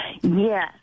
Yes